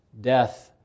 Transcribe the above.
Death